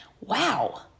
wow